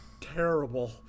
terrible